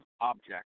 object